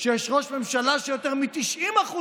אבל מעבר לסיפור הזה, שני שרי אוצר, ואף אחד מהם